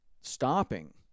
stopping